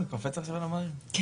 הנה.